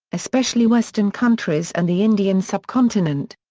especially western countries and the indian subcontinent.